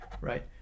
right